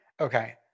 okay